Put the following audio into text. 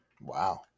Wow